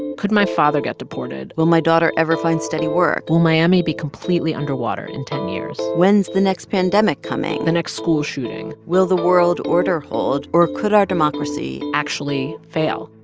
could my father get deported? will my daughter ever find steady work? will miami be completely under water in ten years? when's the next pandemic coming? the next school shooting? will the world order hold, or could our democracy. actually fail?